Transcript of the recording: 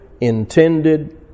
intended